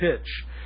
pitch